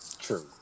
true